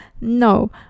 No